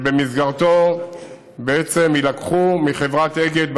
שבמסגרתו בעצם יילקחו מחברת אגד,